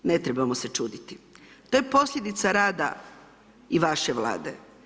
Ne trebamo se čuditi, to je posljedica rada i vaše vlade.